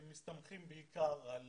שמסתמכים בעיקר על